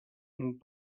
und